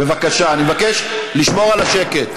בבקשה, אני מבקש לשמור על השקט.